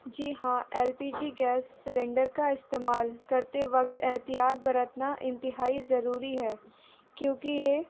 جی ہاں L P G gas cylinder کا استعمال کرتے وقت احتیاط برتنا انتہائی ضروری ہے کیونکہ یہ